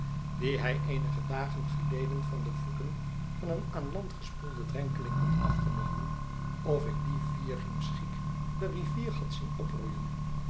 die hij eenige dagen geleden van de voeten van een aan land gespoeld drenkeling had afgenomen of ik die vierriems giek de rivier had zien oproeien